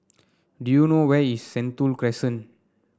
do you know where is Sentul Crescent